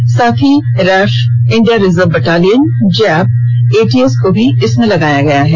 इसके साथ ही रैप India reserve battalion JAP A T S को भी लगाया गया है